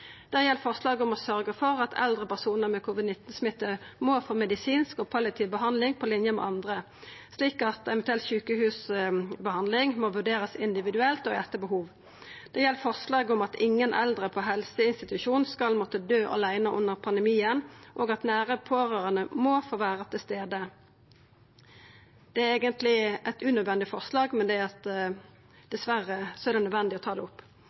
Det gjeld forslaget om å sørgja for at eldre personar med covid-19-smitte må få medisinsk og palliativ behandling på linje med andre, slik at eventuell sjukehusbehandling må vurderast individuelt og etter behov. Det gjeld forslaget om at ingen eldre på helseinstitusjon skal måtta døy aleine under pandemien, og at nære pårørande må få vera til stades. Det er eigentleg eit unødvendig forslag, men dessverre er det nødvendig å ta det opp.